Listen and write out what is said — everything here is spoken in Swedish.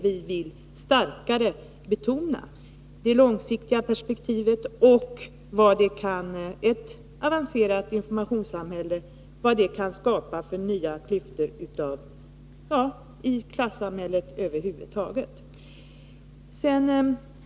Vi vill starkare betona det långsiktiga perspektivet och vad ett avancerat informationssamhälle kan skapa för nya klyftor i klassamhället över huvud taget.